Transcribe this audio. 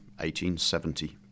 1870